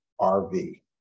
RV